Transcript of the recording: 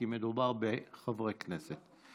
כי מדובר בחברי כנסת.